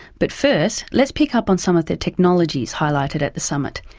but first let's pick up on some of the technologies highlighted at the summit.